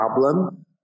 problem